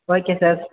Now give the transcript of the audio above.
oaky sir